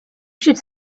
should